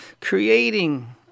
creating